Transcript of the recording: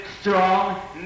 strong